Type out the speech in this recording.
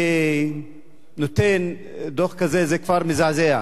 ונותן דוח כזה, זה מזעזע.